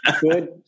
good